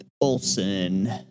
Olsen